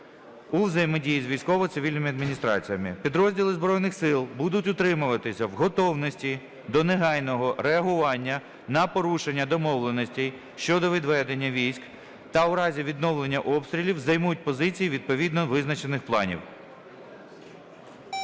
у взаємодії з військово-цивільними адміністраціями. Підрозділи Збройних Сил будуть утримуватися в готовності до негайного реагування на порушення домовленостей щодо відведення військ та у разі відновлення обстрілів займуть позиції, відповідно визначених планів.